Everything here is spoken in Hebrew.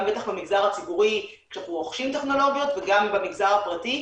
בטח במגזר הציבורי כשאנחנו רוכשים טכנולוגיות וגם במגזר הפרטי,